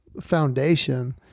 foundation